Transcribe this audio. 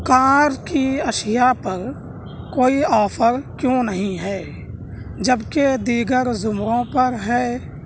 کار کی اشیاء پر کوئی آفر کیوں نہیں ہے جب کہ دیگر زمروں پر ہے